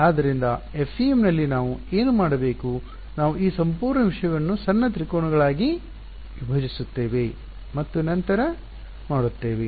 ಆದ್ದರಿಂದ FEM ನಲ್ಲಿ ನಾವು ಏನು ಮಾಡಬೇಕು ನಾವು ಈ ಸಂಪೂರ್ಣ ವಿಷಯವನ್ನು ಸಣ್ಣ ತ್ರಿಕೋನಗಳಾಗಿ ವಿಭಜಿಸುತ್ತೇವೆ ಮತ್ತು ನಂತರ ಮಾಡುತ್ತೇವೆ